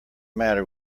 matter